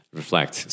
reflect